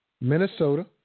Minnesota